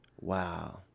Wow